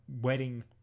wedding